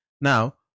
Now